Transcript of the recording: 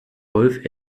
wolf